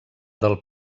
del